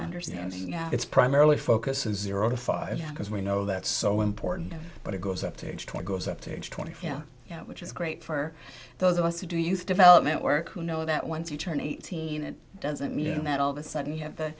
understanding it's primarily focuses zero to five because we know that's so important but it goes up to age twenty goes up to age twenty yeah yeah which is great for those of us who do you develop network you know that once you turn eighteen it doesn't mean that all of a sudden you have the